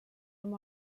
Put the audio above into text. amb